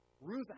Ruth